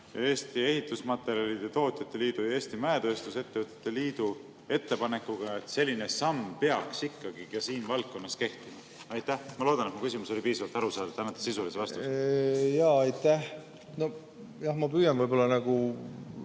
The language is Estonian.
Eesti Ehitusmaterjalide Tootjate Liidu ja Eesti Mäetööstuse Ettevõtete Liidu ettepanekuga, et selline samm peaks ikkagi ka siin valdkonnas kehtima? Ma loodan, et mu küsimus oli piisavalt arusaadav ja te annate sisulise vastuse. Aitäh! Nojah, ma püüan siis võib-olla veidi